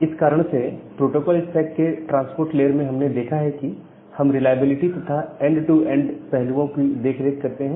इस कारण से प्रोटोकोल स्टैक के ट्रांसपोर्ट लेयर में हमने देखा है कि हम रिलायबिलिटी तथा अन्य एंड टू एंड पहलुओं की देखरेख करते हैं